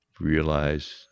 realize